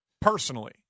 Personally